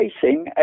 facing